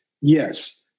yes